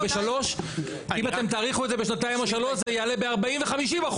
בשלוש - אם אתם תאריכו את זה בשנתיים או שלוש זה יעלה ב-40% ו-50%.